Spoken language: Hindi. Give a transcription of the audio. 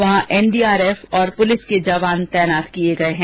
वहां एनडीआरएफ और पुलिस के जवान तैनात किर्ये गये हैं